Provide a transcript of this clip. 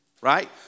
right